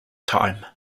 time